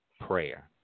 prayer